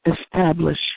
establish